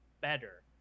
better